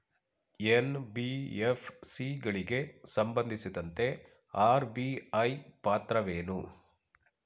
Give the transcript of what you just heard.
NBFC ಗಳಿಗೆ ಸಂಬಂಧಿಸಿದಂತೆ RBI ಪಾತ್ರವೇನು?